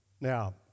Now